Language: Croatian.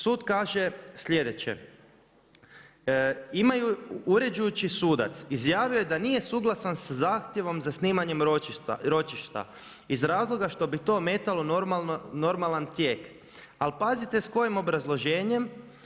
Sud kaže sljedeće: „Uređujući sudac izjavio je da nije suglasan sa zahtjevom za snimanjem ročišta iz razloga što bi to ometalo normalan tijek.“ Ali pazite s kojim obrazloženjem.